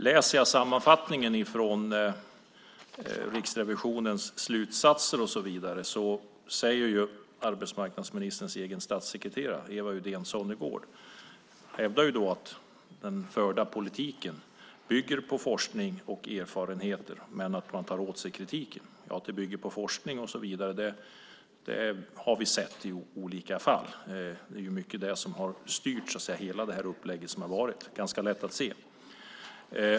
När det gäller sammanfattningen från Riksrevisionens slutsatser hävdar arbetsmarknadsministerns egen statssekreterare Eva Uddén Sonnegård att den förda politiken bygger på forskning och erfarenheter men att man tar åt sig kritiken. Att den bygger på forskning och så vidare har vi sett i olika fall. Det är mycket detta som har styrt hela det upplägg som har varit. Det är ganska lätt att se.